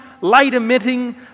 light-emitting